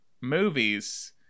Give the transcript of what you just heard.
movies